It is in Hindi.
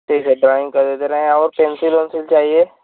ठीक है ड्राइंग का दे दे रहें हैं और पेंसिल उन्सिल चाहिए